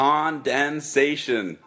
Condensation